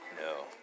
No